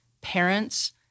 parents